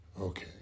Okay